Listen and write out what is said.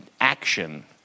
action